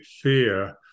fear